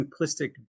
simplistic